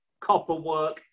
copperwork